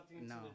No